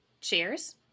cheers